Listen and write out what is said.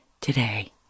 today